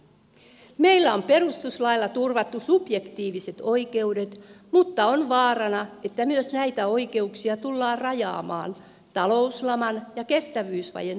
meillä on perustuslailla turvattu subjektiiviset oikeudet mutta on vaarana että myös näitä oikeuksia tullaan rajaamaan talouslaman ja kestävyysvajeen hoitamisen takia